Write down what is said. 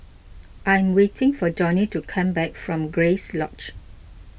I'm waiting for Donny to come back from Grace Lodge